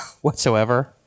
whatsoever